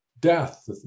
death